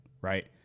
right